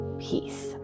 peace